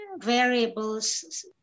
variables